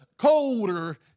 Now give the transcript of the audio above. colder